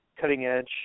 cutting-edge